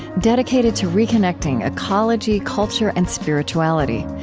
dedicated to reconnecting ecology, culture, and spirituality.